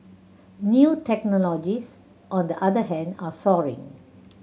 new technologies on the other hand are soaring